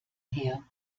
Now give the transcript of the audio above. her